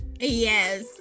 Yes